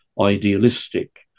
idealistic